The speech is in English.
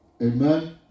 Amen